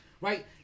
right